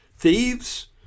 Thieves